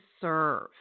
serve